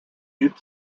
youth